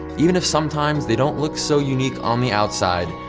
even if sometimes they don't look so unique on the outside,